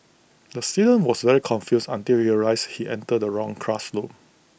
the student was very confused until he realised he entered the wrong classroom